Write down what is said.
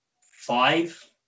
five